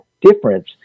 difference